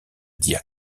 dire